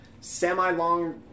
semi-long